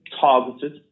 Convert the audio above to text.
targeted